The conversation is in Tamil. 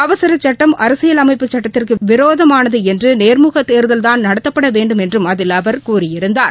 அவசரச் சட்டம் அரசியல் அமைப்பு சட்டத்திற்கு விரோதமானது என்றும் நேர்முக தேர்தல்தாள் நடத்தப்பட வேண்டுமென்றும் அதில் அவர் கூறியிருந்தார்